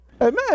Amen